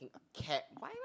cat why